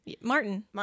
martin